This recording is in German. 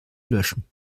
löschen